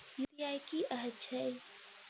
UPI की हएत छई?